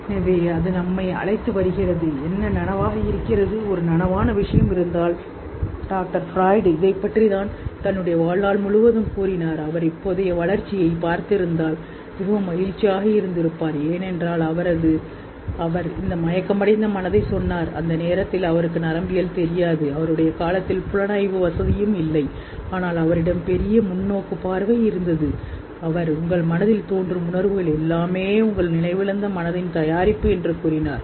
எனவே அது நம்மை அழைத்து வருகிறது என்ன நனவாக இருக்கிறது ஒரு நனவான விஷயம் இருந்தால் மோசடி மருத்துவர் மோசடி மிகவும் மகிழ்ச்சியாக இருந்திருப்பார் ஏனென்றால் அவரது வாழ்நாள் முழுவதும் அவர் இந்த மயக்கமடைந்த மனதை சொன்னார் நீங்கள் விஷயங்களை அடக்குகிறீர்கள் அந்த நேரத்தில் அவருக்கு நரம்பியல் தெரியாது அங்குமிகவும்இல்லை புலனாய்வு மேலும்வசதி ஆனால் அவர்ஒரு பெரியஇருந்தது லீப் சிந்தனை மேலும் அந்த உங்கள் உணர்வு மனதில் உங்கள் நினைவிழந்த மனதின் தயாரிப்பு கூறினார்